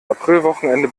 aprilwochenende